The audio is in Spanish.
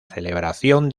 celebración